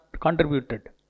contributed